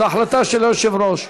זאת החלטה של היושב-ראש.